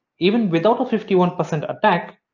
even without a fifty one percent attack,